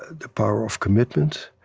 the power of commitment,